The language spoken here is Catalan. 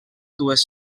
dues